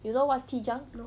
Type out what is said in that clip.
you know what's T junc